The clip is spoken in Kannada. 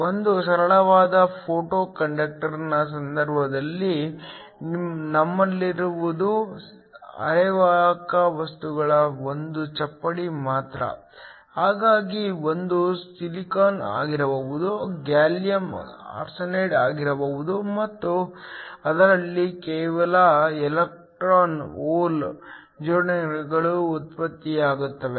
ಒಂದು ಸರಳವಾದ ಫೋಟೋ ಕಂಡಕ್ಟರ್ನ ಸಂದರ್ಭದಲ್ಲಿ ನಮ್ಮಲ್ಲಿರುವುದು ಅರೆವಾಹಕ ವಸ್ತುಗಳ ಒಂದು ಚಪ್ಪಡಿ ಮಾತ್ರ ಹಾಗಾಗಿ ಅದು ಸಿಲಿಕಾನ್ ಆಗಿರಬಹುದು ಗ್ಯಾಲಿಯಂ ಆರ್ಸೆನೈಡ್ ಆಗಿರಬಹುದು ಮತ್ತು ಅದರಲ್ಲಿ ಕೇವಲ ಎಲೆಕ್ಟ್ರಾನ್ ಹೋಲ್ ಜೋಡಿಗಳು ಉತ್ಪತ್ತಿಯಾಗುತ್ತವೆ